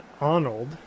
Arnold